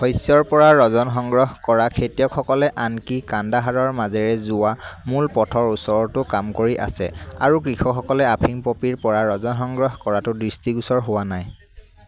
শস্যৰপৰা ৰজন সংগ্ৰহ কৰা খেতিয়কসকলে আনকি কান্দাহাৰৰ মাজেৰে যোৱা মূল পথৰ ওচৰতো কাম কৰি আছে আৰু কৃষকসকলে আফিং পপীৰপৰা ৰজন সংগ্ৰহ কৰাটো দৃষ্টিগোচৰ হোৱা নাই